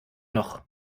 noch